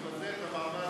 תכבד את המעמד.